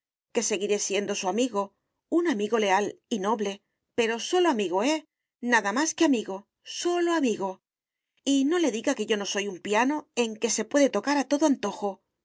que seguiré siendo su amigo un amigo leal y noble pero sólo amigo eh nada más que amigo sólo amigo y no le diga que yo no soy un piano en que se puede tocar a todo antojo